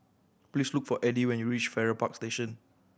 please look for Edie when you reach Farrer Park Station